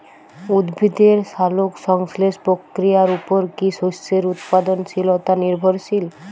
উদ্ভিদের সালোক সংশ্লেষ প্রক্রিয়ার উপর কী শস্যের উৎপাদনশীলতা নির্ভরশীল?